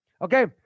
Okay